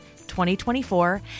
2024